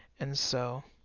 and so